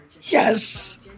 Yes